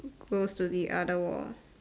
close to the other wall